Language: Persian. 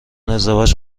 ازدواج